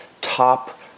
top